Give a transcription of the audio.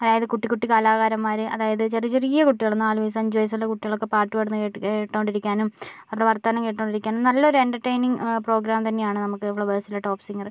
അതായത് കുട്ടി കുട്ടി കലാകാരന്മാര് അതായത് ചെറിയ ചെറിയ കുട്ടികള് നാല് വയസ്സ് അഞ്ച് വയസ്സുള്ള കുട്ടികളൊക്കെ പാട്ട് പാടുന്നത് കേട്ട് കേട്ടുകൊണ്ടിരിക്കാനും അവരുടെ വർത്തമാനം കേട്ടുകൊണ്ടിരിക്കാനും നല്ലൊരു എന്റർടൈനിങ്ങ് പ്രോഗ്രാം തന്നെയാണ് നമുക്ക് ഫ്ളവേഷ്സിലെ ടോപ്പ് സിംഗർ